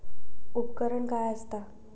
उपकरण काय असता?